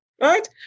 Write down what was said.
right